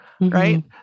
Right